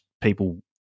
people